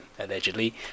allegedly